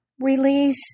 release